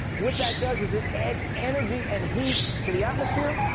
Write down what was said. what that does is it adds energy and heat to the atmosphere.